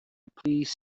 please